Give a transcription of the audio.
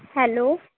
hello